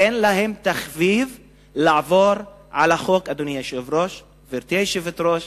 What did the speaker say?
אין להם תחביב לעבור על החוק, גברתי היושבת-ראש,